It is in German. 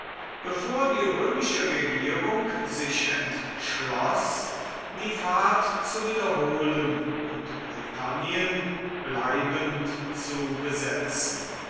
bevor die römische regierung sich entschloß die fahrt zu wiederholen und britannien bleibend zu besetzen